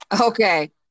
Okay